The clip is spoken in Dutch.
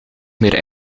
meer